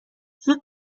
زود